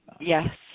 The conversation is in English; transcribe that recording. Yes